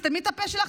תסתמי את הפה שלך.